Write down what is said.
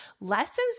lessons